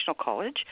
College